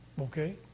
Okay